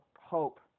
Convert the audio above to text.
hope